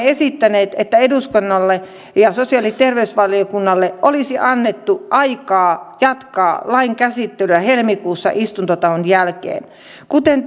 esittäneet että eduskunnalle ja sosiaali ja terveysvaliokunnalle olisi annettu aikaa jatkaa lain käsittelyä helmikuussa istuntotauon jälkeen kuten